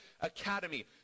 academy